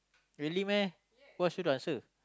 really meh who ask you to answer